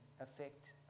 affect